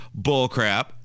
bullcrap